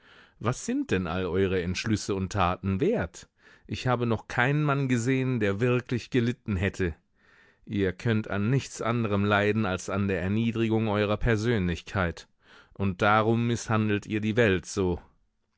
was sind denn all eure entschlüsse und taten wert ich habe noch keinen mann gesehen der wirklich gelitten hätte ihr könnt an nichts anderem leiden als an der erniedrigung eurer persönlichkeit und darum mißhandelt ihr die welt so